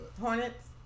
Hornets